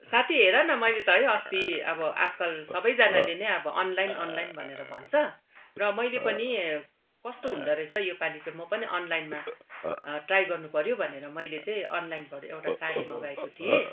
साथी हेर न मैले त है अस्ति अब आजकल सबैजनाले नै अब अनलाइन अनलाइन भनेर भन्छ र मैले पनि कस्तो हुँदोरहेछ यो पालि चाहिँ म पनि अनलाइनमा ट्राई गर्नु पऱ्यो भनेर मैले चाहिँ अनलाइनबाट एउटा साडी मगाएको थिएँ